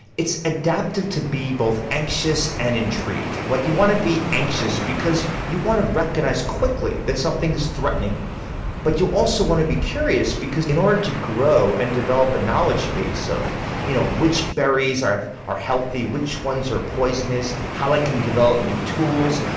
it's adaptive to be both anxious and intrigued. but you want to be anxious because you want to recognise quickly that something is threatening but you also want to be curious because in order to grow and develop a knowledge base of you know which berries are healthy, which ones are poisonous how i can develop new tools,